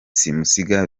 simusiga